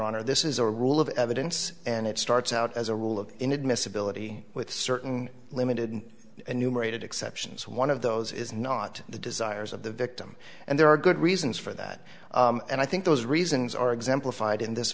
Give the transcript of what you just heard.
honor this is a rule of evidence and it starts out as a rule of inadmissibility with certain limited numerated exceptions one of those is not the desires of the victim and there are good reasons for that and i think those reasons are exemplified in this